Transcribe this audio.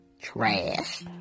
Trash